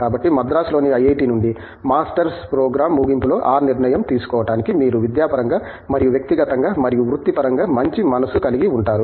కాబట్టి మద్రాసులోని ఐఐటి నుండి మాస్టర్స్ ప్రోగ్రాం ముగింపులో ఆ నిర్ణయం తీసుకోవటానికి మీరు విద్యాపరంగా మరియు వ్యక్తిగతంగా మరియు వృత్తిపరంగా మంచి మనస్సు కలిగి ఉంటారు